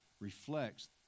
reflects